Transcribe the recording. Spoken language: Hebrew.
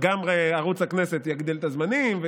גם ערוץ הכנסת יגדיל את הזמנים.